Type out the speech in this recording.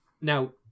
Now